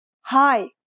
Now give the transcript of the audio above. Hi